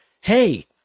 hey